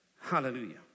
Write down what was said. Hallelujah